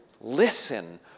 listen